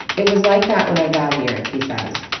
it was like that when i got here, he says.